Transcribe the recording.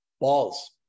balls